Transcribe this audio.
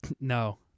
No